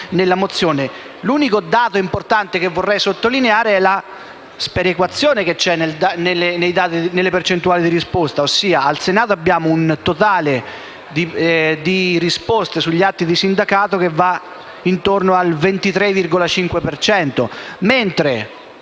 L'unico dato importante che vorrei sottolineare è la sperequazione presente nelle percentuali di risposta: al Senato abbiamo un totale di risposte agli atti di sindacato intorno al 23,5 per